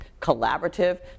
collaborative